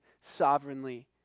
sovereignly